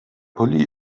pulli